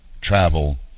travel